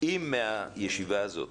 שאם מהישיבה הזאת